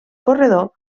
corredor